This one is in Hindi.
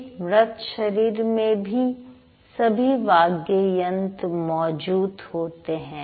एक मृत शरीर में भी सभी वाग्यंत्र मौजूद होते हैं